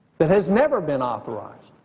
that has never been authorized,